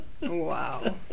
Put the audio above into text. Wow